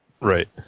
Right